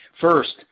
First